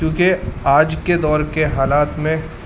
کیونکہ آج کے دور کے حالات میں